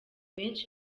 benshi